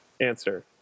answer